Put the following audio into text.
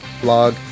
blog